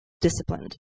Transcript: disciplined